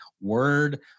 word